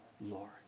Lord